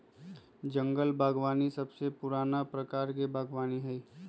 जंगल बागवानी सबसे पुराना प्रकार के बागवानी हई